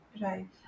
Right